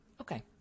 Okay